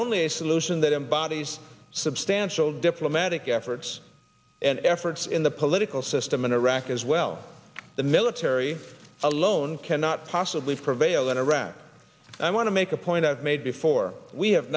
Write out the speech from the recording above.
only a solution that embodies substantial diplomatic efforts and efforts in the political system in iraq as well the military alone cannot possibly prevail in iraq i want to make a point i've made before we have